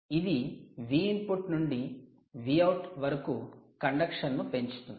ఇది Vip నుండి Vout వరకు కండక్షన్ ను పెంచుతుంది